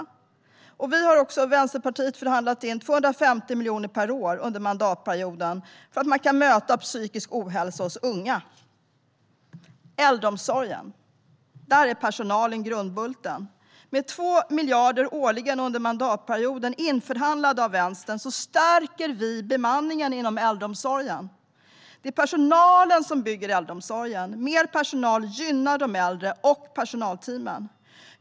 Vänsterpartiet har också förhandlat in 250 miljoner per år under mandatperioden för att möta psykisk ohälsa hos unga. När det gäller äldreomsorgen är personalen grundbulten. Med 2 miljarder årligen under mandatperioden, införhandlade av Vänstern, stärker vi bemanningen inom äldreomsorgen. Det är personalen som bygger äldreomsorgen. Mer personal gynnar de äldre och personalteamen.